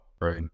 right